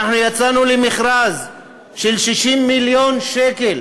ואנחנו יצאנו למכרז של 60 מיליון שקל